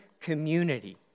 Community